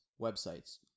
websites